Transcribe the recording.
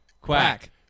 quack